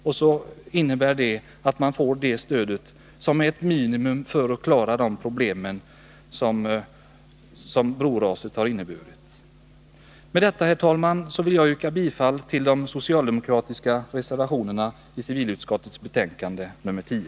Ett beslut i enlighet härmed innebär att man ger ett stöd som är det minimum som krävs för att klara de problem som broraset har medfört. Med detta, herr talman, vill jag yrka bifall till de socialdemokratiska reservationerna vid civilutskottets betänkande nr 10.